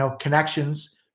connections